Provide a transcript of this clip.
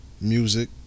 Music